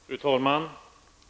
Fru talman!